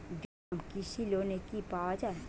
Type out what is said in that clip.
Diesel pump কৃষি লোনে কি পাওয়া য়ায়?